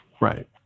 right